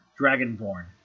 dragonborn